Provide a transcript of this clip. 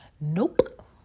Nope